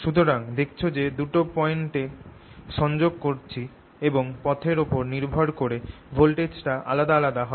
সুতরাং দেখছ যে দুটো পয়েন্টকে সংযোগ করছি এবং পথের ওপর নির্ভর করে ভোল্টেজটা আলাদা আলাদা হবে